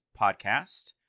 podcast